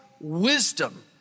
wisdom